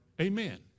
Amen